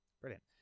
brilliant